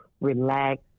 relax